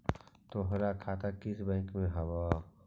तोहार खाता किस बैंक में हवअ